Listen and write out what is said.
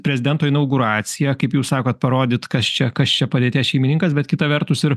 prezidento inauguracija kaip jūs sakot parodyt kas čia kas čia padėties šeimininkas bet kitą vertus ir